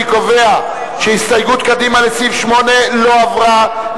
אני קובע שהסתייגות קדימה לסעיף 8 לא עברה.